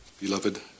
beloved